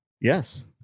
Yes